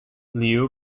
liu